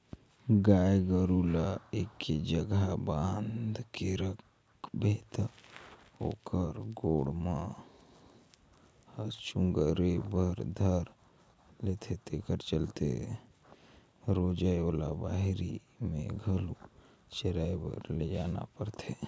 गाय गोरु ल एके जघा बांध के रखबे त ओखर गोड़ मन ह चगुरे बर धर लेथे तेखरे चलते रोयज ओला बहिरे में घलो चराए बर लेजना परथे